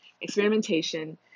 experimentation